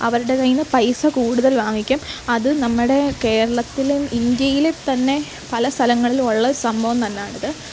അവരുടെ കയ്യിൽ നിന്നു പൈസ കൂടുതൽ വാങ്ങിക്കും അത് നമ്മുടെ കേരളത്തിലും ഇന്ത്യയിൽ തന്നെ പല സ്ഥലങ്ങളിലും ഉള്ള സംഭവം തന്നെയാണിത്